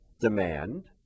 demand